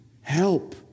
help